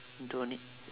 don't need